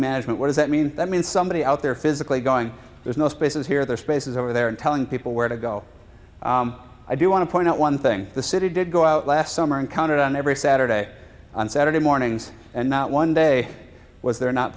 management what does that mean i mean somebody out there physically going there's no spaces here there are spaces over there and telling people where to go i do want to point out one thing the city did go out last summer and counted on every saturday on saturday mornings and not one day was there not